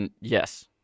Yes